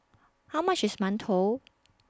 How much IS mantou